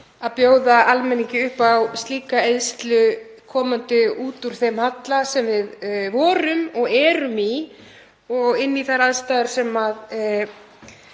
að bjóða almenningi upp á slíka eyðslu, komandi út úr þeim halla sem við vorum og erum í og inn í þær aðstæður sem